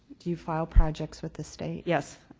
do you file projects with the state? yes.